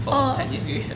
for chinese new year